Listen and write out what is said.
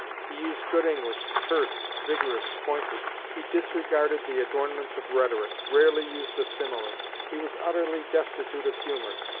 he used good english, terse, vigorous, pointed. he disregarded the adornments of rhetoric rarely used a simile. he was utterly destitute of humor,